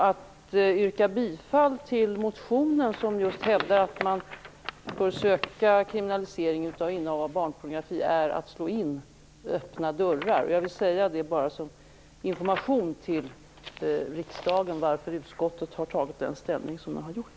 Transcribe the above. Att yrka bifall till motionen, där det just hävdas att man bör söka kriminalisera innehav av barnpornografi, är att slå in öppna dörrar. Jag vill säga det som information till riksdagen. Det är anledningen till att utskottet har tagit ställning på det sätt som det har gjort.